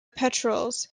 petrels